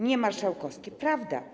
Nie marszałkowskie - prawda.